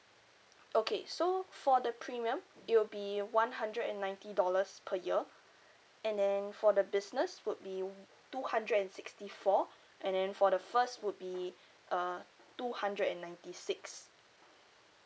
okay so for the premium it will be one hundred and ninety dollars per year and then for the business would be two hundred and sixty four and then for the first would be uh two hundred and ninety six